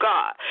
God